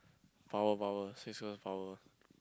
power power six girls power